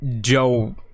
Joe